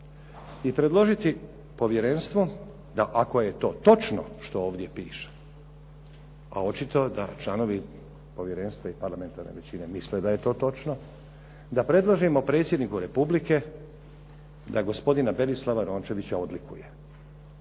I predložiti povjerenstvu da ako je to točno što ovdje piše, a očito da članovi povjerenstva i parlamentarne većine misle da je to točno, da predložimo predsjedniku Republike da gospodina Berislava Rončevića odlikuje.